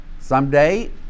Someday